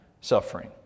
suffering